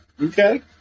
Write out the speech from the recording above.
Okay